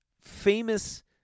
famous